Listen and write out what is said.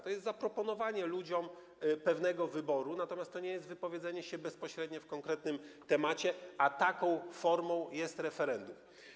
To jest zaproponowanie ludziom pewnego wyboru, natomiast to nie jest wypowiedzenie się w sposób bezpośredni w konkretnym temacie, a taką formą jest referendum.